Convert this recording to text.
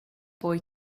boy